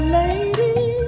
lady